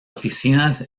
oficinas